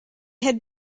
head